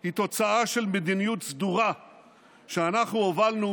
היא תוצאה של מדיניות סדורה שאנחנו הובלנו